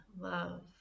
love